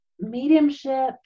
mediumship